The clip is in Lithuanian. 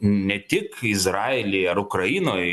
ne tik izraely ar ukrainoj